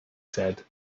said